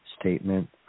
statement